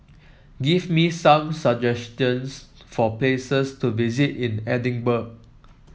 give me some suggestions for places to visit in Edinburgh